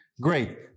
Great